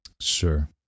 Sure